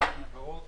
תודה רבה.